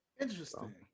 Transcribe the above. Interesting